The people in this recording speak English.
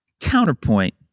Counterpoint